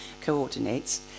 coordinates